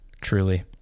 Truly